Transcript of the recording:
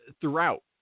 throughout